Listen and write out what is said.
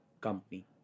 company